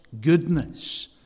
goodness